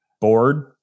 bored